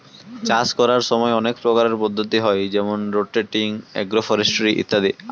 চাষ করার সময় অনেক প্রকারের পদ্ধতি হয় যেমন রোটেটিং, এগ্রো ফরেস্ট্রি ইত্যাদি